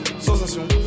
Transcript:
sensation